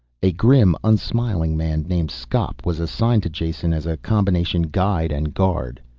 a grim, unsmiling man named skop was assigned to jason as a combination guide and guard.